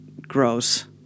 gross